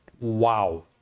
wow